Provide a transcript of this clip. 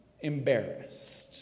embarrassed